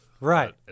Right